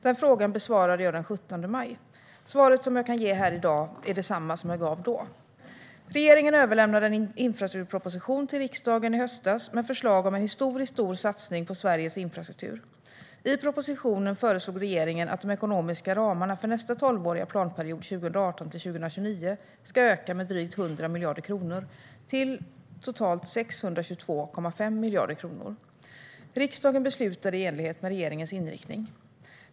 Den frågan besvarade jag den 17 maj. Svaret som jag kan ge här i dag är detsamma som jag gav då. Regeringen överlämnade en infrastrukturproposition till riksdagen i höstas med förslag om en historiskt stor satsning på Sveriges infrastruktur. I propositionen föreslog regeringen att de ekonomiska ramarna för nästa tolvåriga planperiod 2018-2029 ska öka med drygt 100 miljarder kronor till totalt 622,5 miljarder kronor. Riksdagen beslutade i enlighet med regeringens inriktning.